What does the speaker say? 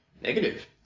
Negative